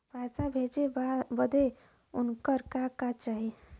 पैसा भेजे बदे उनकर का का चाही?